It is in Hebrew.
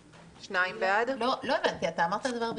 לא הבנתי, אתה אמרת דבר והיפוכו.